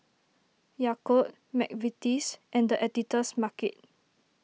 Yakult Mcvitie's and the Editor's Market